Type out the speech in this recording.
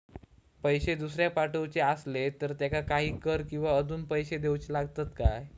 पैशे दुसऱ्याक पाठवूचे आसले तर त्याका काही कर किवा अजून पैशे देऊचे लागतत काय?